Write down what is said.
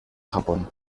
japón